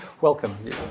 Welcome